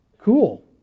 cool